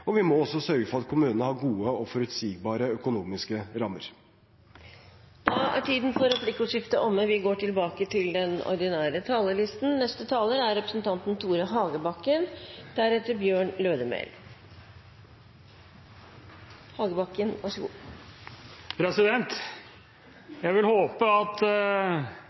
innbyggerne. Vi må også sørge for at kommunene har gode og forutsigbare økonomiske rammer. Replikkordskiftet er omme. Jeg vil håpe at